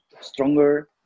stronger